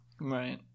Right